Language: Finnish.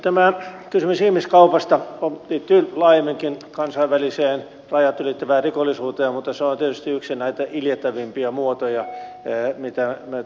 tämä kysymys ihmiskaupasta liittyy laajemminkin kansainväliseen rajat ylittävään rikollisuuteen mutta se on tietysti yksi näitä iljettävimpiä muotoja mitä me tiedämme